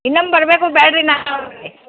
ಇನ್ನೊಮ್ಮೆ ಬರ್ಬೇಕೋ ಬ್ಯಾಡ್ರಿ ನಾ